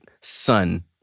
son